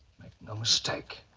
no mistake.